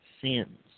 sins